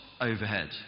overhead